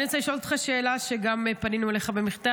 אני רוצה לשאול אותך שאלה שגם פנינו אליך במכתב,